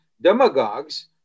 demagogues